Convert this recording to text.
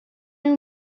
nhw